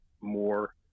more